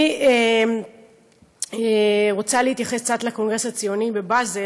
אני רוצה להתייחס קצת לקונגרס הציוני בבאזל,